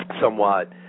somewhat